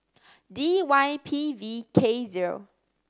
D Y P V K zero